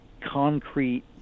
concrete